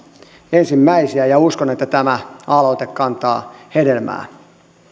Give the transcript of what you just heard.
ensimmäisiä ja uskon että tämä aloite kantaa hedelmää